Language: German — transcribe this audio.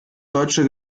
deutsche